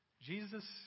Jesus